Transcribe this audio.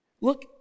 Look